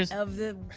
of the